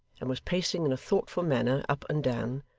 and was pacing in a thoughtful manner up and down,